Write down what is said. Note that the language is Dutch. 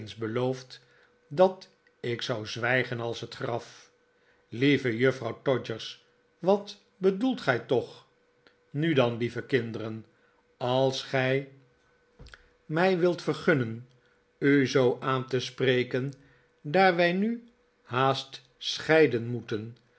beloofd dat ik zou zwijgen als het graf lieve juffrouw todgers wat bedoelt gij toch nu dan lieve kinderen als gij mij wilt vergunnen u zoo aan te spreken daar wij nu haast scheiden rhpeten